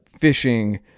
fishing